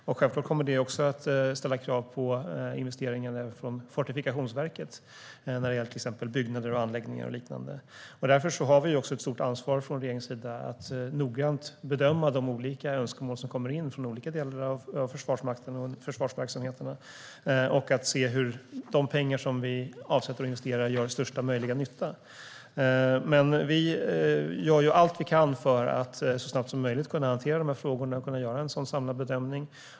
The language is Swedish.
Självklart kommer det att ställa krav även på investeringar från Fortifikationsverket när det gäller till exempel byggnader, anläggningar och liknande. Därför har regeringen ett stort ansvar för att noggrant bedöma de olika önskemål som kommer från olika delar av Försvarsmakten och försvarsverksamheterna. Vi har ansvar för att de pengar vi avsätter och investerar gör största möjliga nytta. Vi gör allt vi kan för att hantera frågorna så snabbt som möjligt och göra en sådan samlad bedömning.